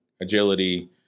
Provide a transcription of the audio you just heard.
agility